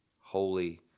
holy